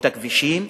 את הכבישים,